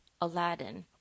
Aladdin